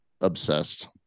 obsessed